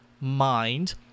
mind